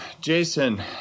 Jason